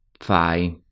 Fai